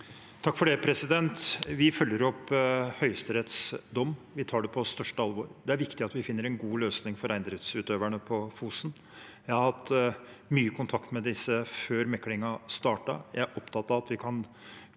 Aasland Vi følger opp Høyesteretts dom. Vi tar det på største alvor. Det er viktig at vi finner en god løsning for reindriftsutøverne på Fosen. Jeg har hatt mye kontakt med disse før meklingen startet. Jeg er opptatt av at vi kan